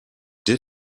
did